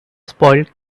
spoiled